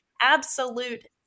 Absolute